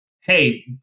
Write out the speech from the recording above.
hey